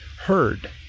heard